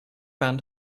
band